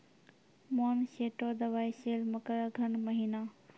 Monsanto दवाई सेल मकर अघन महीना,